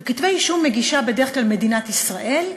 כתבי אישום מגישה בדרך כלל מדינת ישראל,